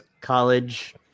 college